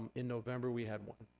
in november, we had one.